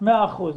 מאה אחוז.